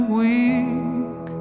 weak